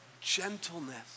gentleness